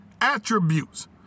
attributes